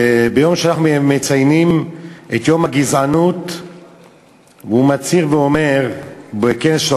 וביום שאנחנו מציינים את יום הגזענות הוא מצהיר ואומר בכנס של